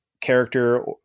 character